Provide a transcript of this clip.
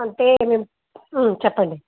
అంటే మేము చెప్పండి